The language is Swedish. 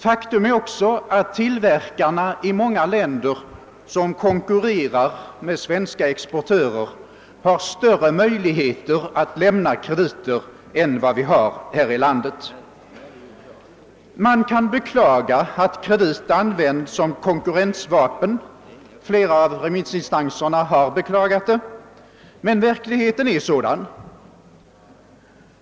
Faktum är också att tillverkarna i många länder som konkurrerar med svenska exportörer har större möjligheter att lämna krediter än vad vi har här i landet. Man kan beklaga att krediter används som konkurrensvapen — flera av remissinstanserna har gjort det — men verkligheten är sådan.